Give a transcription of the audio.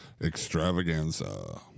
extravaganza